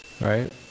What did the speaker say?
Right